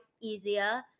easier